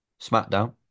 SmackDown